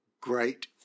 great